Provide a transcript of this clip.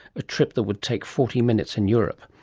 a trip that would take forty minutes in europe.